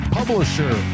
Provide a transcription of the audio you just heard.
publisher